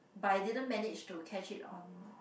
but I didn't manage to catch it on